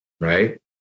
Right